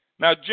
Now